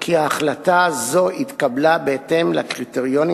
כי החלטה זו התקבלה בהתאם לקריטריונים